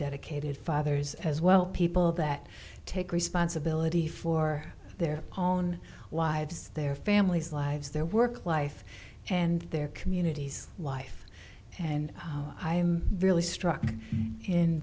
dedicated fathers as well people that take responsibility for their own wives their family's lives their work life and their communities life and i really struck in